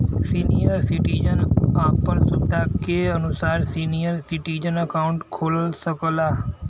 senior citizen आपन सुविधा के अनुसार सीनियर सिटीजन अकाउंट खोल सकला